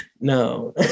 no